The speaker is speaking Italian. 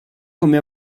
come